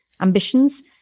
ambitions